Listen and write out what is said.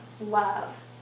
love